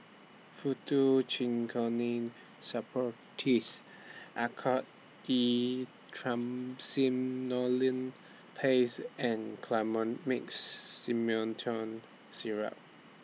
Faktu Cinchocaine Suppositories Oracort E Triamcinolone Paste and Colimix Simethicone Syrup